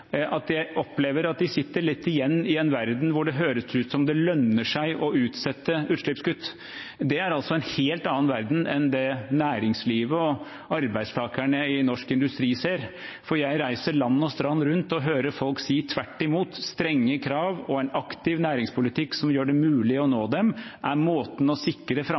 sitter litt igjen i en verden hvor det høres ut som det lønner seg å utsette utslippskutt. Det er en helt annen verden enn den næringslivet og arbeidstakerne i norsk industri ser, for jeg reiser land og strand rundt og hører folk si tvert imot: Strenge krav og en aktiv næringspolitikk som gjør det mulig å nå dem, er måten å sikre framtidige markeder på. De markedene vi eksporterer til, ikke minst det